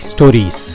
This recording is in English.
Stories